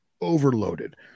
overloaded